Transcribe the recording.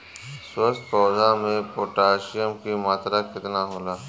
स्वस्थ पौधा मे पोटासियम कि मात्रा कितना होला?